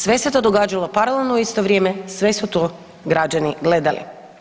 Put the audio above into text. Sve se to događalo paralelno i u isto vrijeme, sve su to građani gledali.